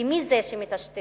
כי מי זה יטשטש